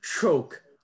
choke